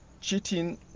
Cheating